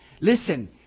Listen